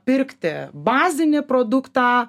pirkti bazinį produktą